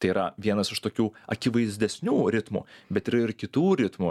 tai yra vienas iš tokių akivaizdesnių ritmų bet yra ir kitų ritmų